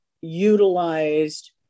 utilized